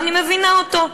ואני מבינה אותו: